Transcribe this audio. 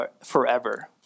forever